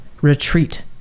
retreat